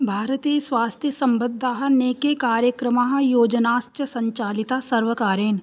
भारते स्वास्थ्यसम्बद्धाः नैके कार्यक्रमाः योजनाश्च सञ्चालिताः सर्वकारेण